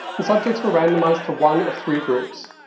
and subjects were randomized to one of three groups.